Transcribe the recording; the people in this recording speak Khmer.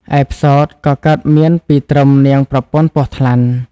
ឯផ្សោតក៏កើតមានពីត្រឹមនាងប្រពន្ធពស់ថ្លាន់។